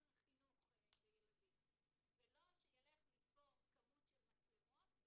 והחינוך בילדים ולא שילך לספור כמות של מצלמות,